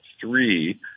three